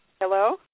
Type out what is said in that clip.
Hello